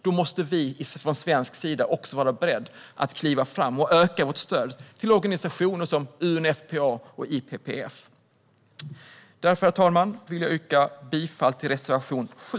Då måste vi från svensk sida också vara beredda att kliva fram och öka vårt stöd till organisationer som UNFPA och IPPF. Herr talman! Jag yrkar bifall till reservation 7.